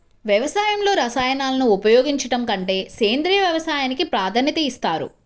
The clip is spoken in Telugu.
వ్యవసాయంలో రసాయనాలను ఉపయోగించడం కంటే సేంద్రియ వ్యవసాయానికి ప్రాధాన్యత ఇస్తారు